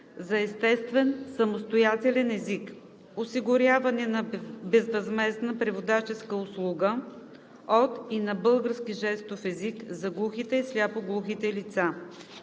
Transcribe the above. за естествен самостоятелен език; - осигуряване на безвъзмездна преводаческа услуга от и на български жестов език за глухите и сляпо-глухите лица;